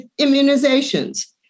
immunizations